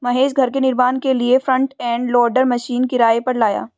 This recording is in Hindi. महेश घर के निर्माण के लिए फ्रंट एंड लोडर मशीन किराए पर लाया